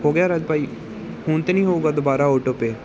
ਹੋ ਗਿਆ ਰੱਦ ਭਾਅ ਜੀ ਹੁਣ ਤਾਂ ਨਹੀਂ ਹੋਊਗਾ ਦੁਬਾਰਾ ਓਟੋਪੇਅ